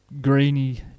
grainy